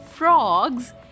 frogs